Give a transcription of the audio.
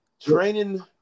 training